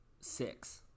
six